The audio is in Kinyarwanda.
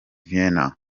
vienna